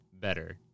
better